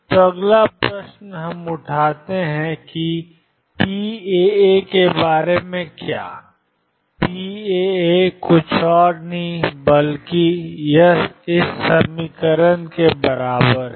तो अगला प्रश्न हम उठाते हैं कि pαα के बारे में क्या है pαα और कुछ नहीं बल्कि ∫iddx dx है